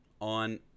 on